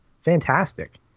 fantastic